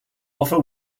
offer